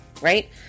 Right